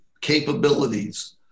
capabilities